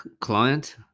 client